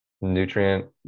nutrient